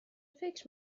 فکر